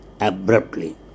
abruptly